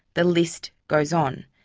the list goes on.